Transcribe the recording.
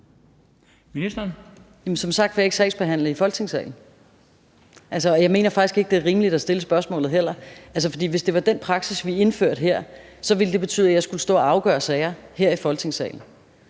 Jamen som sagt vil jeg ikke sagsbehandle i Folketingssalen. Jeg mener faktisk heller ikke, det er rimeligt at stille spørgsmålet, for hvis det var den praksis, vi indførte her, ville det betyde, at jeg skulle stå og afgøre sager her i Folketingssalen.